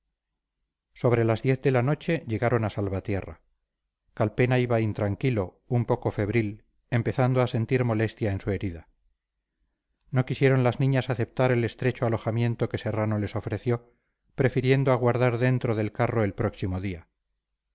sobre las diez de la noche llegaron a salvatierra calpena iba intranquilo un poco febril empezando a sentir molestia en su herida no quisieron las niñas aceptar el estrecho alojamiento que serrano les ofreció prefiriendo aguardar dentro del carro el próximo día